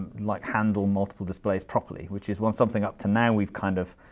like handle multiple displays properly, which is one something up to now we've kind of,